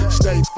stay